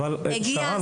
באמת הגיע הזמן.